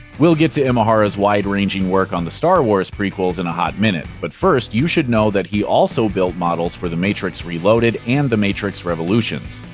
we'll get to imahara's wide-ranging work on the star wars prequels in a hot minute, but first, you should know that he also built models for the matrix reloaded and the matrix revolutions.